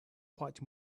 quite